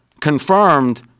confirmed